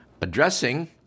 addressing